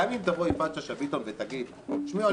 גם אם תבוא יפעת שאשא ביטון ותגיד: תשמעו,